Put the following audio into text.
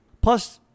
Plus